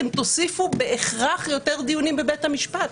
אתם תוסיפו בהכרח יותר דיונים בבית המשפט.